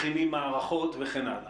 מכינים מערכות וכן הלאה.